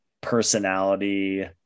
personality